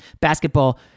Basketball